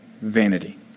Vanity